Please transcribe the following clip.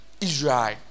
Israel